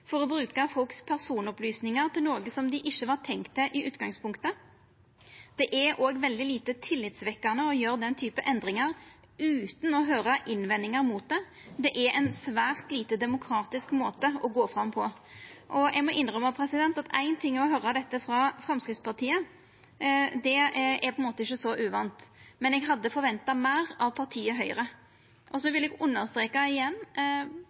for å bruka personopplysningane til folk til noko dei ikkje var tenkt til i utgangspunktet. Det er òg veldig lite tillitvekkande å gjera den typen endringar utan å høyra innvendingar mot det. Det er ein svært lite demokratisk måte å gå fram på. Eg må innrømma at ein ting er å høyra dette frå Framstegspartiet, det er på ein måte ikkje så uvant, men eg hadde forventa meir av partiet Høgre. Eg vil understreka igjen